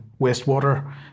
wastewater